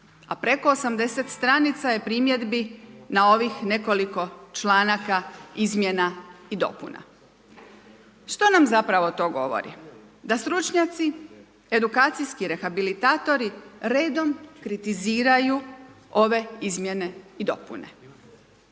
a preko 80 stranica je primjedbi na ovih nekoliko članaka izmjena i dopuna. Što nam zapravo to govori? Da stručnjaci, edukacijski rehabilitatori redom kritiziraju ove izmjene i dopune.